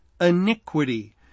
iniquity